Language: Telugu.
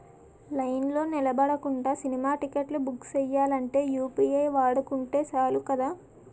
లైన్లో నిలబడకుండా సినిమా టిక్కెట్లు బుక్ సెయ్యాలంటే యూ.పి.ఐ వాడుకుంటే సాలు కదా